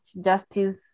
justice